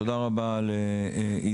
תודה רבה עידו.